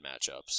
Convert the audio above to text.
matchups